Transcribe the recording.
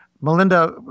Melinda